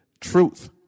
Truth